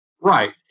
Right